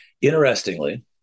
Interestingly